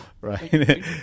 right